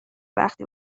وقتی